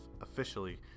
officially